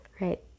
Right